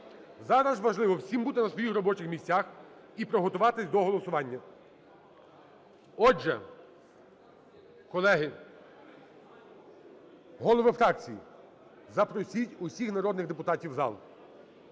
Зараз важливо всім бути на своїх робочих місцях і приготуватися до голосування. Отже, колеги… Голови фракцій, запросіть усіх народних депутатів в зал.